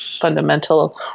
fundamental